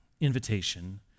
invitation